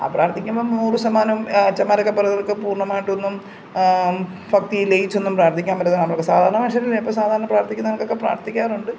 പ്രാർത്ഥിക്കുമ്പോൾ നൂറ് ശതമാനവും അച്ഛന്മാരൊക്കെ പറയുന്നതൊക്കെ പൂർണ്ണമായിട്ടൊന്നും ഭക്തിയിൽ ലയിച്ചൊന്നും പ്രാർത്ഥിക്കാൻ പറ്റത്തില്ല നമുക്ക് സാധാരണ മനുഷ്യരല്ലേ ഇപ്പം സാധാരണ പ്രാർത്ഥിക്കുന്ന കണക്കൊക്കെ പ്രാർത്ഥിക്കാറുണ്ട്